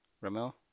Ramel